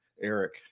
Eric